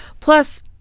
Plus